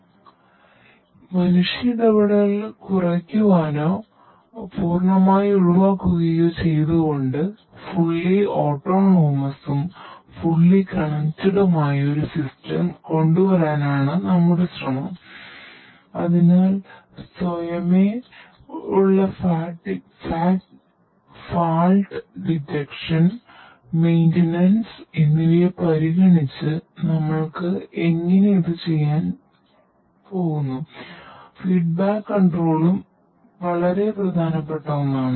അതിനാൽ മനുഷ്യ ഇടപെടൽ കുറയ്ക്കുകയോ പൂർണമായി ഒഴിവാക്കുകയോ ചെയ്തുകൊണ്ട് ഫുള്ളി ഓട്ടോണോമസും പ്രധാനപ്പെട്ട ഒന്നാണ്